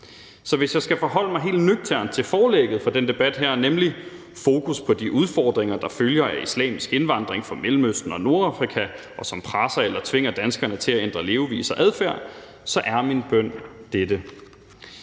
Så hvis jeg skal forholde mig helt nøgternt til forlægget for den her debat, nemlig et fokus på de udfordringer, der følger af islamisk indvandring fra Mellemøsten og Nordafrika, og som presser eller tvinger danskerne til at ændre levevis og adfærd, så er min bøn dette: